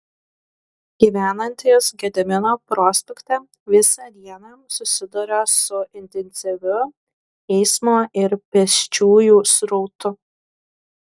gyvenantys gedimino prospekte visą dieną susiduria su intensyviu eismo ir pėsčiųjų srautu